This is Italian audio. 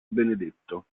benedetto